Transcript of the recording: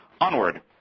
Onward